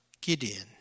Gideon